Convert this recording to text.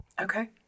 Okay